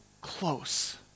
close